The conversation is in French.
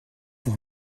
pour